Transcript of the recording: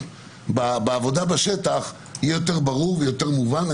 בעבודה בשטח יהיו יותר ברורים ויותר מובנים.